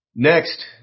Next